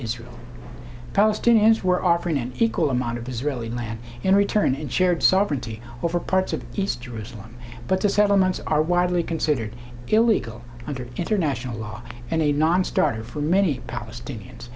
israel palestinians were offering an equal amount of israeli land in return and shared sovereignty over parts of east jerusalem but the settlements are widely considered illegal under international law and a nonstarter for many palestinians